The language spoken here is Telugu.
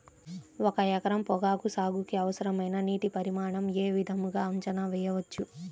ఒక ఎకరం పొగాకు సాగుకి అవసరమైన నీటి పరిమాణం యే విధంగా అంచనా వేయవచ్చు?